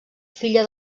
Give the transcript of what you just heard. filla